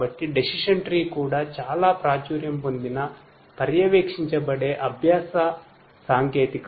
కాబట్టి decision tree కూడా చాలా ప్రాచుర్యం పొందిన పర్యవేక్షించబడే అభ్యాస పద్ధతి